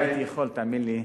הלוואי שהייתי יכול, תאמין לי.